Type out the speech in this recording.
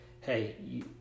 hey